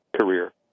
career